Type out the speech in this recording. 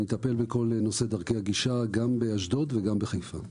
אני מטפל בכל נושא דרכי הגישה גם בנמל אשדוד וגם בנמל חיפה.